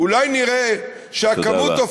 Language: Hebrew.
אולי נראה שהכמות, תודה רבה.